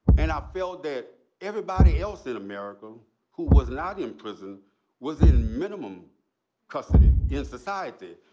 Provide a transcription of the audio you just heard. and i felt that everybody else in america who was not in prison was in minimum custody in society.